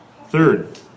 Third